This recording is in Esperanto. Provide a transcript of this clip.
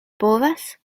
povas